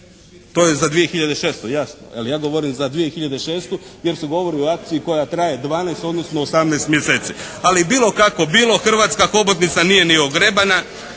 To je za 2006. jasno, je li? Ja govorim za 2006. jer se govori o akciji koja traje 12 odnosno 18 mjeseci. Ali bilo kako bilo hrvatska hobotnica nije ni ogrebana,